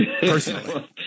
Personally